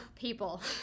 people